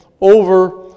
over